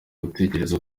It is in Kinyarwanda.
gutekereza